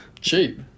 Cheap